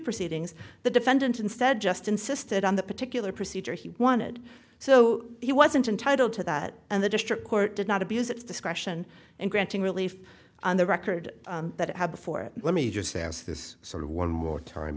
proceedings the defendant instead just insisted on the particular procedure he wanted so he wasn't entitle to that and the district court did not abuse its discretion in granting relief on the record that it had before let me just ask this sort of one more time